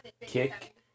Kick